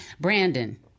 brandon